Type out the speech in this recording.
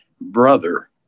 brother